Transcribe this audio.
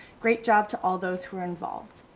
great job to all those who are involved,